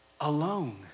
alone